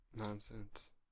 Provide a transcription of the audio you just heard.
Nonsense